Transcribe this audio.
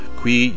qui